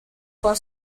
con